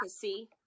see